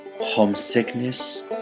homesickness